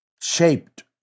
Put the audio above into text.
shaped